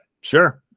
Sure